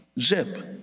Zip